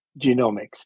genomics